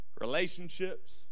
Relationships